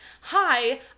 hi